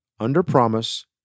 under-promise